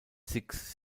six